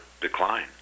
decline